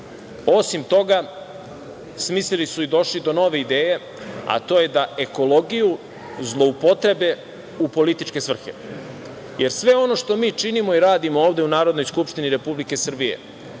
toga smislili su i došli do nove ideje, a to je da ekologiju zloupotrebe u političke svrhe. Sve ono što mi činimo i radimo ovde u Narodnoj skupštini Republike Srbije,